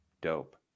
dope